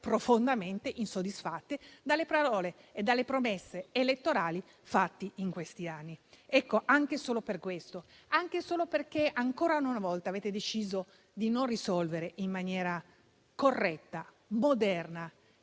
profondamente insoddisfatti dalle parole e dalle promesse elettorali fatte in questi anni. Anche solo per questo, anche solo perché, ancora una volta, avete deciso di non risolvere in maniera corretta, moderna